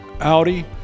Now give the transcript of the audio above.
Audi